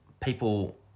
people